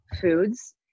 foods